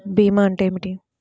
భీమా అంటే ఏమిటి?